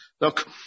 look